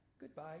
goodbye